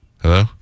Hello